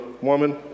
woman